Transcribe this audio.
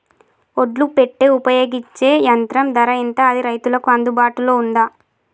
ఒడ్లు పెట్టే ఉపయోగించే యంత్రం ధర ఎంత అది రైతులకు అందుబాటులో ఉందా?